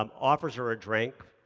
um offers her a drink.